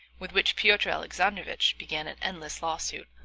with which pyotr alexandrovitch began an endless lawsuit,